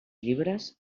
llibres